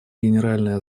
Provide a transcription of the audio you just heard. генеральной